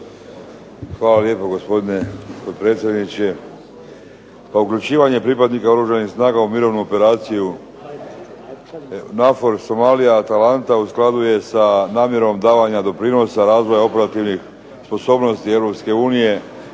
Hvala lijepo gospodine potpredsjedniče. Pa uključivanje pripadnika Oružanih snaga u mirovnu operaciju NAVFOR Somalija-Atalanta u skladu je sa namjerom davanja doprinosa razvoja operativnih sposobnosti